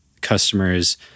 customers